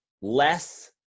less